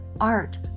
art